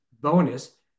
bonus